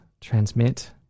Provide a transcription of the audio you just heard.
transmit